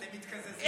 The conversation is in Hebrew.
אתם מתקזזים,